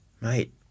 Mate